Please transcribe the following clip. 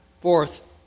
Fourth